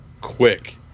quick